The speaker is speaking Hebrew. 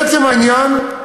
לעצם העניין,